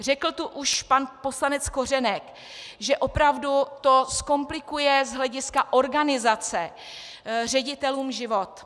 Řekl tu už pan poslanec Kořenek, že opravdu to zkomplikuje z hlediska organizace ředitelům život.